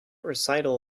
recital